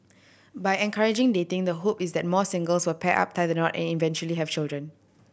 by encouraging dating the hope is that more singles will pair up tie the knot and eventually have children